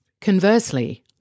Conversely